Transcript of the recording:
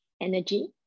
energy